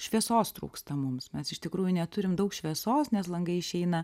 šviesos trūksta mums mes iš tikrųjų neturim daug šviesos nes langai išeina